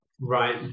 Right